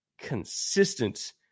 consistent